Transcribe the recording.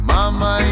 Mama